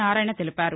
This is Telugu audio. నారాయణ తెలిపారు